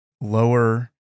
lower